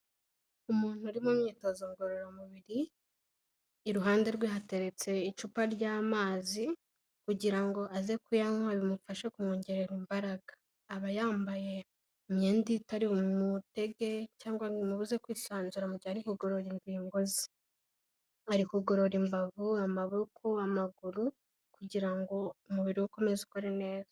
Umuntu uri mu myitozo ngororamubiri, iruhande rwe hateretse icupa ry'amazi, kugira ngo aze kuyanywa bimufashe kumwongerera imbaraga. Aba yambaye imyenda itari bumutege cyangwa ngo imubuze kwisanzura mu gihe ari kugorora ingingo ze; ari kugorora imbavu, amaboko, amaguru, kugira ngo umubiri ukomeze ukore neza.